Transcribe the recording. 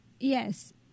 Yes